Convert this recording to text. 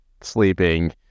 sleeping